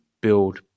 build